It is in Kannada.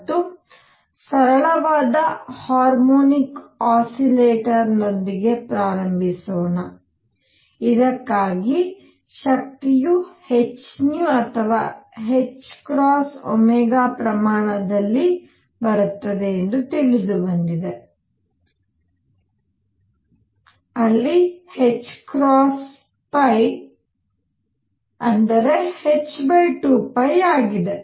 ಮತ್ತು ಸರಳವಾದ ಹಾರ್ಮೋನಿಕ್ ಆಸಿಲೆಟರ್ದೊಂದಿಗೆ ಪ್ರಾರಂಭಿಸೋಣ ಇದಕ್ಕಾಗಿ ಶಕ್ತಿಯು h ಅಥವಾ ℏωಪ್ರಮಾಣದಲ್ಲಿ ಬರುತ್ತದೆ ಎಂದು ತಿಳಿದಿದೆ ಅಲ್ಲಿ ℏ h 2π ಆಗಿದೆ